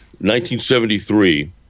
1973